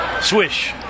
Swish